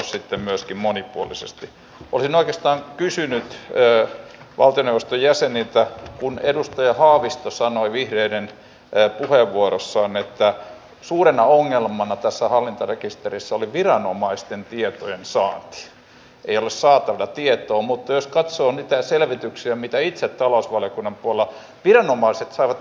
sitten ennen kaikkea mikä on kysynyt he valtioneuvoston jäseniltä kun edustaja tärkeintä näitä työllistymismahdollisuuksia parannetaan että turvapaikanhakijat voivat vastaanottaa esimerkiksi vapaaehtoistyötä ja ottaa osaa tämän sosiaaliturvan vastineena ja sitten tehdä asioita ja sitä he itse toivovat